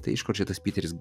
tai iš kur čia tas piteris